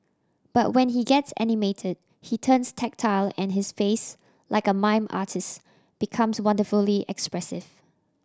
but when he gets animated he turns tactile and his face like a mime artist becomes wonderfully expressive